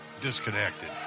disconnected